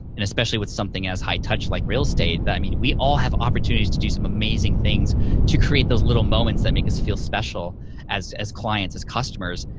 and especially with something as high-touch like real estate. but i mean, we all have opportunities to do some amazing things to create those little moments that make us feel special as as clients, as customers,